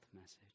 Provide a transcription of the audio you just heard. message